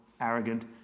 arrogant